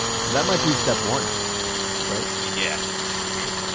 so that might be step one right yeah sure.